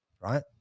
right